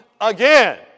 again